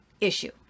issue